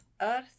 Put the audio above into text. earth